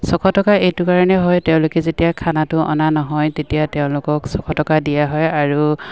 ছশ টকা এইটো কাৰণে হয় তেওঁলোকে যেতিয়া খানাটো অনা নহয় তেতিয়া তেওঁলোকক ছশ টকা দিয়া হয় আৰু